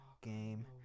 game